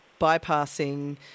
bypassing